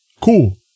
Cool